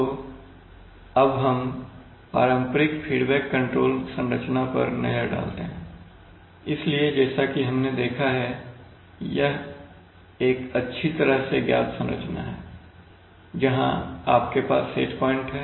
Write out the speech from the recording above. तो अब हम पारंपरिक फीडबैक कंट्रोल संरचना पर नजर डालते हैं इसलिए जैसा कि हमने देखा है यह एक अच्छी तरह से ज्ञात संरचना है जहाँ आपके पास सेट पॉइंट है